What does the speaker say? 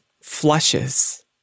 flushes